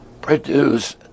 produce